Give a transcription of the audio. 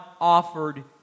offered